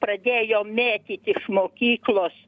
pradėjo mėtyt iš mokyklos